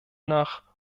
nach